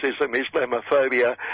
Islamophobia